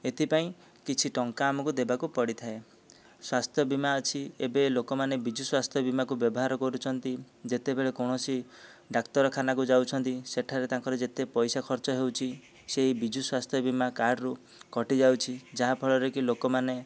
ଏଥିପାଇଁ କିଛି ଟଙ୍କା ଆମକୁ ଦେବାକୁ ପଡ଼ିଥାଏ ସ୍ୱାସ୍ଥ୍ୟ ବୀମା ଅଛି ଏବେ ଲୋକମାନେ ବିଜୁ ସ୍ୱାସ୍ଥ୍ୟ ବୀମାକୁ ବ୍ୟବହାର କରୁଛନ୍ତି ଯେତେବେଳେ କୌଣସି ଡ଼ାକ୍ତରଖାନାକୁ ଯାଉଛନ୍ତି ସେଠାରେ ତାଙ୍କର ଯେତେ ପଇସା ଖର୍ଚ୍ଚ ହେଉଛି ସେଇ ବିଜୁ ସ୍ୱାସ୍ଥ୍ୟ ବୀମା କାର୍ଡ଼ରୁ କଟିଯାଉଛି ଯାହାଫଳରେ କି ଲୋକମାନେ